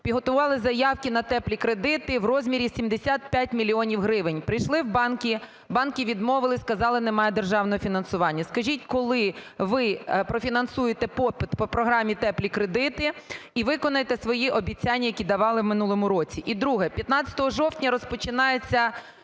підготували заявки на "теплі кредити" в розмірі 75 мільйонів гривень. Прийшли в банки. Банки відмовили. Сказали, немає державного фінансування. Скажіть, коли ви профінансуєте попит по програмі "Теплі кредити" і виконаєте свої обіцяння, які давали в минулому році? І друге. 15 жовтня розпочинається…